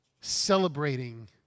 celebrating